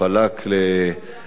מה שמגיע מגיע.